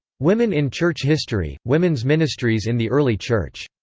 women in church history women's ministries in the early church.